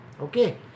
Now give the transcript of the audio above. Okay